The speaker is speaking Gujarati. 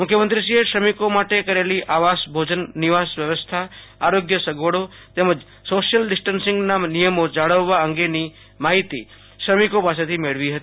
મુખ્યમંત્રીશ્રીએ શ્રમિકો માટે કરેલી આવાસ ભોજન નિવાસ વ્યવસ્થા આરોગ્ય સગવડો તેમજ સોશ્યલ ડિસ્ટન્સીંગના નિયમો જાળવવા અંગેની માહિતી શ્રમિકો પાસેથી મેળવી હતી